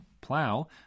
plow